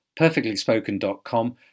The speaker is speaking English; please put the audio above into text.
perfectlyspoken.com